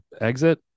exit